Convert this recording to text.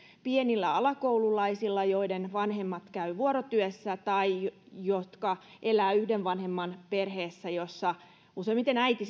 pienillä alakoululaisilla joiden vanhemmat käyvät vuorotyössä tai jotka elävät yhden vanhemman perheessä jossa useimmiten äiti